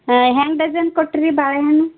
ಹಾಂ ಹೆಂಗೆ ಡಝನ್ ಕೊಟ್ಟಿರಿ ಬಾಳೆಹಣ್ಣು